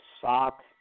sock